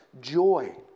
joy